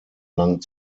lang